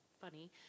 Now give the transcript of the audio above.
funny